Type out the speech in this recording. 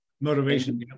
Motivation